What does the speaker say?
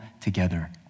together